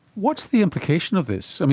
what's the implication of this?